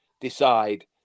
decide